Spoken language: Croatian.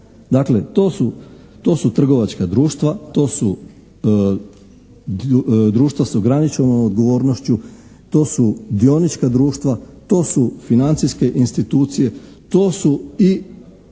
to su, to su trgovačka društva, to su društva s ograničenom odgovornošću, to su dionička društva, to su financijske institucije, to su i